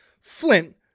Flint